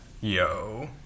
Yo